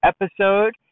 episode